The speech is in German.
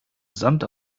sand